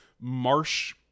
marsh